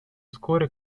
вскоре